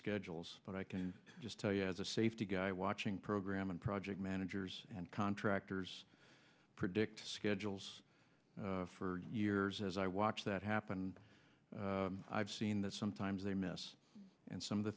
schedules but i can just tell you as a safety guy watching program and project managers and contractors predict schedules for years as i watch that happen i've seen that sometimes they miss and some of the